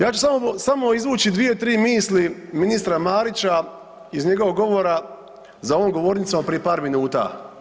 Ja ću samo izvući dvije, tri misli ministra Marića iz njegovog govora za ovom govornicom prije par minuta.